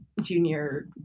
junior